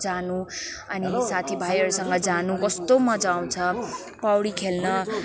जानु अनि साथीभाइहरूसँग जानु कस्तो मज्जा आउँछ पौडी खेल्न